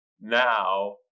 now